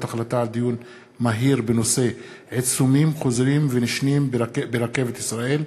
החלטה על דיון מהיר בנושא: עיצומים חוזרים ונשנים ברכבת ישראל,